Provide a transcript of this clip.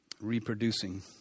Reproducing